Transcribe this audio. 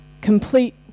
complete